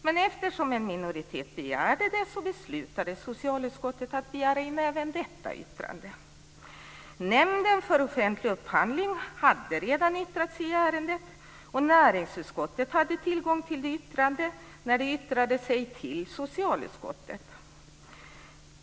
Men eftersom en minoritet begärde det beslutade socialutskottet att begära in även detta yttrande. Nämnden för offentlig upphandling hade redan yttrat sig i ärendet, och näringsutskottet hade tillgång till detta yttrande när det yttrade sig till socialutskottet.